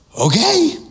okay